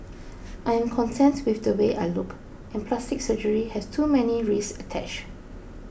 I am content with the way I look and plastic surgery has too many risks attached